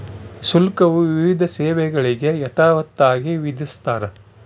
ಶುಲ್ಕವು ವಿವಿಧ ಸೇವೆಗಳಿಗೆ ಯಥಾವತ್ತಾಗಿ ವಿಧಿಸ್ತಾರ